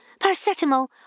paracetamol